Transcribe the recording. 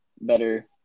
better